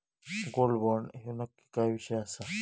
Gold bond ह्यो नक्की विषय काय आसा?